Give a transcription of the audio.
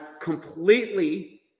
completely